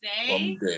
Okay